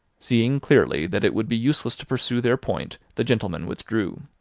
seeing clearly that it would be useless to pursue their point, the gentlemen withdrew.